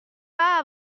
pas